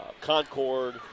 Concord